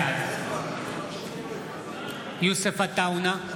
בעד יוסף עטאונה,